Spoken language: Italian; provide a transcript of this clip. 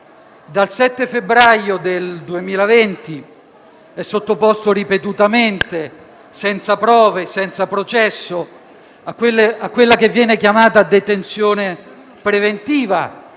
Dal 7 febbraio 2020 è sottoposto ripetutamente, senza prove e senza processo, a quella che viene chiamata detenzione preventiva,